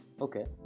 okay